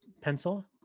pencil